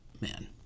Man